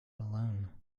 alone